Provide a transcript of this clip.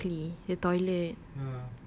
exactly the toilet